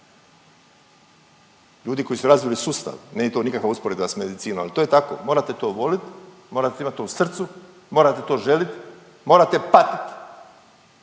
ljudi koji su razvili sustav. Nije to nikakva usporedba s medicinom, ali to je tako, morate to volit, morate to imat u srcu, morate to želit, morate patit